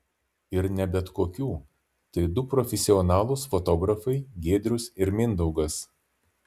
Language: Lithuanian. ir ne bet kokių tai du profesionalūs fotografai giedrius ir mindaugas